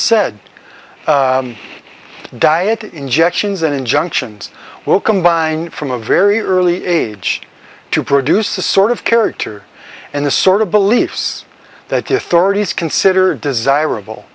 said diet injections and injunctions will combine from a very early age to produce the sort of character and the sort of beliefs that the authorities consider desirable